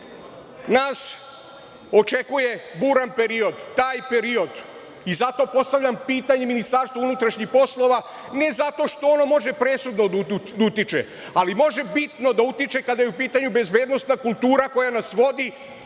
nas očekuje buran period, taj period i zato postavljam pitanje Ministarstvu unutrašnjih poslova, ne zato što ono može presudno da utiče, ali može bitno da utiče kada je u pitanju bezbednosna kultura koja nas vodi